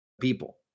people